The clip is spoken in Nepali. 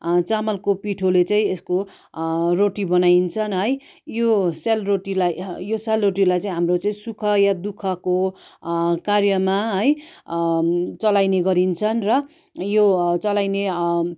चामलको पिठोले चाहिँ यसको रोटी बनाइन्छ है यो सेलरोटीलाई यो सेलरोटीलाई चाहिँ हाम्रो चाहिँ सुख वा दुःखको कार्यमा है चलाइने गरिन्छन् र यो चलाइने